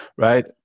Right